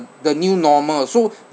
the new normal so